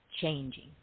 changing